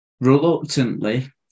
reluctantly